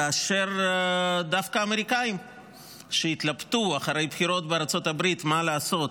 כאשר דווקא האמריקאים התלבטו אחרי בחירות בארצות הברית מה לעשות